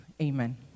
amen